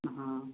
हाँ